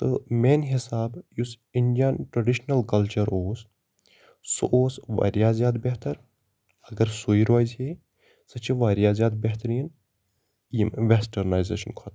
تہٕ میٛانہِ حسابہٕ یُس اِنجَن ٹرٛڈِشنَل کَلچَر اوس سُہ اوس واریاہ زیادٕ بہتر اگر سُے روزِہے سُہ چھِ واریاہ زیادٕ بہتریٖن ییٚمہِ وٮ۪سٹٔرنایزیشَن کھۄتہٕ